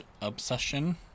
Obsession